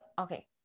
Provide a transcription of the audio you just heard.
okay